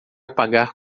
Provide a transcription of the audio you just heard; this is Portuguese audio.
apagar